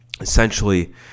essentially